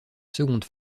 seconde